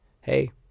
hey